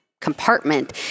compartment